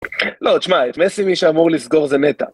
לא, תשמע, את מסי מי שאמור לסגור זה נטע.